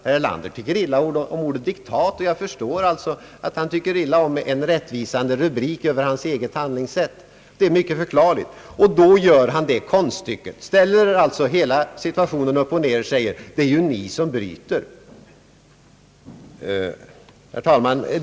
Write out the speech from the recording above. Herr Erlander tycker illa om ordet diktat, och jag förstår att han tycker illa om en rättvisande rubrik över hans eget handlingssätt. Det är mycket förklarligt. Därför gör han konststycket att ställa hela situationen upp och ned — han säger att det är oppositionspartierna som bryter enigheten. Herr talman!